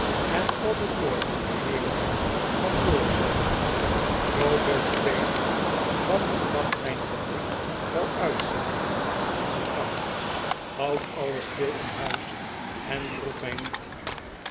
en als ik morgen den heelen dag kan doorslapen zooveel te beter want ik mag mijn verdriet wel uitslapen als ik kan houd alles stil in huis en roep mij niet